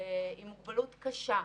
עם מוגבלות קשה,